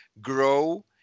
grow